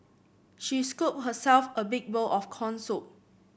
she scooped herself a big bowl of corn soup